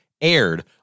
aired